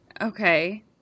Okay